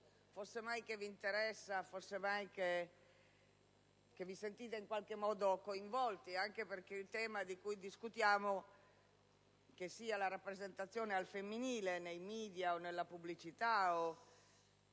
Fosse mai che vi interessi, fosse mai che vi sentiate in qualche modo coinvolti, anche perché il tema di cui discutiamo, che sia la rappresentazione al femminile nei *media* o nella pubblicità,